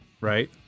right